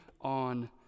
on